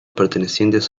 pertenecientes